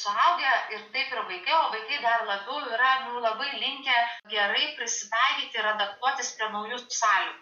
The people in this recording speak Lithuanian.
suaugę ir taip ir vaikai o vaikai dar labiau yra labai linkę gerai prisitaikyti ir adaptuotis prie naujų sąlygų